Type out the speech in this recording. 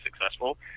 successful